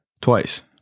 twice